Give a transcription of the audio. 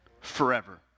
Forever